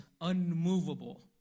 Unmovable